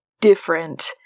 different